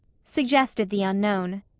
suggested the unknown.